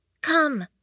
Come